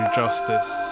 justice